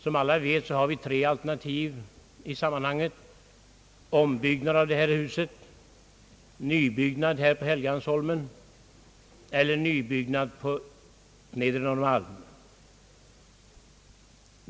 Som alla vet har vi tre alternativ i sammanhanget: ombyggnad av det här huset, nybyggnad på Helgeandsholmen eller nybyggnad på Nedre Norrmalm.